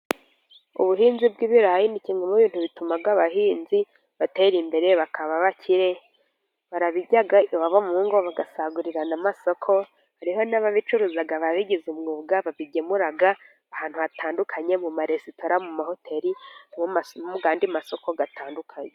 Ubuhinzi bw'ibirayi ni kimwe mu bintu bituma abahinzi batera imbere, bakaba abakire, barabirya iwabo mu ngo, bagasagurira n'amasoko, hari n'ababicuruza babigize umwuga, babigemura ahantu hatandukanye mu maresitora, mu mahoteri n'andi masoko atandukanye.